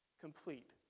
complete